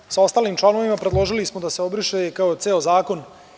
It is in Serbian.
Kao i sa ostalim članovima, predložili smo da se obriše kao ceo zakon.